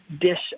dish